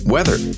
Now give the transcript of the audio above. Weather